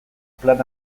plan